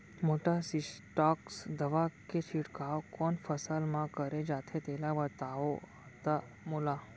Metasystox दवा के छिड़काव कोन फसल म करे जाथे तेला बताओ त मोला?